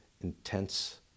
intense